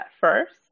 first